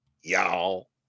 y'all